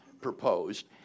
proposed